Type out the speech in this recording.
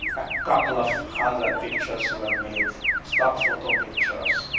a couple of hundred pictures were made stock photo pictures.